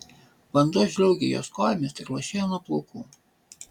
vanduo žliaugė jos kojomis ir lašėjo nuo plaukų